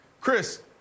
Chris